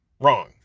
wrong